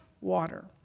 water